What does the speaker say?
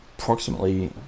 Approximately